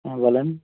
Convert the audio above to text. হ্যাঁ বলেন